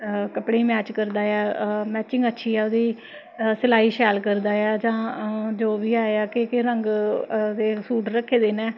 कपड़ें गी मैच करदा ऐ मैंचिंग अच्छी ऐ ओह्दी सलाई शैल करदा ऐ जां जो बी ऐ केह् केह् रंग दे सूट रक्खे दे न